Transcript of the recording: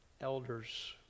elders